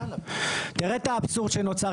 תראה את האבסורד שנוצר.